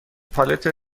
پالت